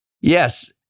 Yes